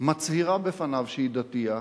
מצהירה בפניו שהיא דתייה.